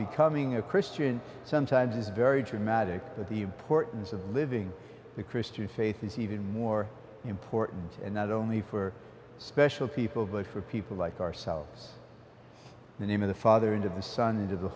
becoming a christian sometimes is very dramatic but the importance of living the christian faith is even more important and not only for special people but for people like ourselves the name of the father and of the son and of the